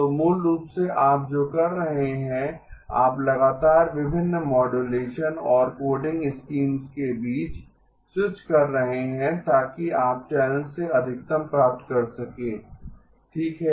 तो मूल रूप से आप जो कर रहे हैं आप लगातार विभिन्न मॉड्यूलेशन और कोडिंग स्कीम्स के बीच स्विच कर रहे हैं ताकि आप चैनल से अधिकतम प्राप्त कर सकें ठीक है